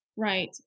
Right